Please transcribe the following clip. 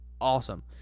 awesome